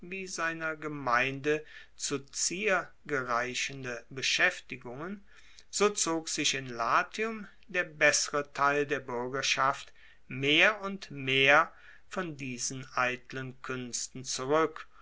seiner gemeinde zur zier gereichende beschaeftigungen so zog sich in latium der bessere teil der buergerschaft mehr und mehr von diesen eitlen kuensten zurueck